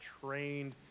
trained